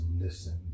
listen